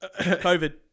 COVID